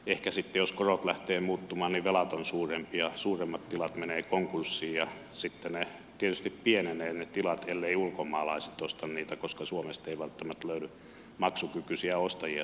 ehkä sitten jos korot lähtevät muuttumaan velat ovat suurempia suuremmat tilat menevät konkurssiin ja sitten ne tilat tietysti pienenevät elleivät ulkomaalaiset osta niitä koska suomesta ei välttämättä löydy maksukykyisiä ostajia sitten niille tiloille